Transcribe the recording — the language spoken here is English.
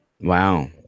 Wow